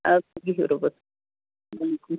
اَدٕ سا بِہِو رۄبس